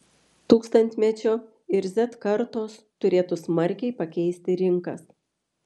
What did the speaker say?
tūkstantmečio ir z kartos turėtų smarkiai pakeisti rinkas